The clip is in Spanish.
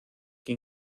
que